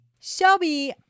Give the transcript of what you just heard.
Shelby